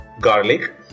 Garlic